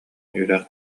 үрэх